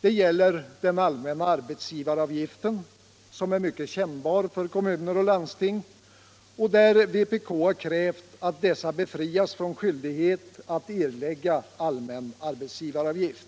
Det gäller den allmänna arbetsgivaravgiften, som är mycket kännbar för kommuner och landsting. Vpk har krävt att dessa befrias från skyldighet att erlägga allmän arbetsgivaravgift.